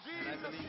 Jesus